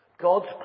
God's